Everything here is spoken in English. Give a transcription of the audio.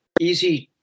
easy